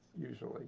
usually